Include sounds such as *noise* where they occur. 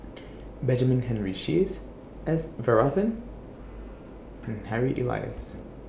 *noise* Benjamin Henry Sheares S Varathan and Harry Elias